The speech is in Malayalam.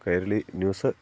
കൈരളി ന്യൂസ്സ്